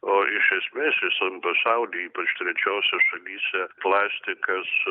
o iš esmės visam pasauly ypač trečiose šalyse plastikas